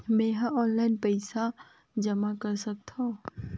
मैं ह ऑनलाइन भी पइसा जमा कर सकथौं?